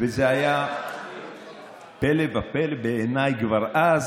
וזה היה פלא בעיניי כבר אז